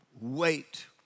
wait